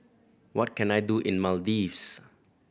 what can I do in Maldives